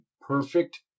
perfect